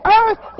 earth